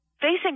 Facing